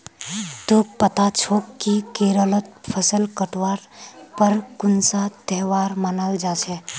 तोक पता छोक कि केरलत फसल काटवार पर कुन्सा त्योहार मनाल जा छे